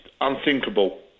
unthinkable